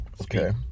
Okay